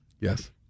Yes